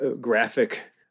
graphic